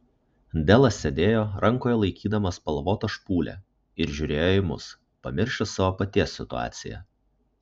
delas sėdėjo rankoje laikydamas spalvotą špūlę ir žiūrėjo į mus pamiršęs savo paties situaciją